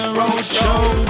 roadshow